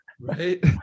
right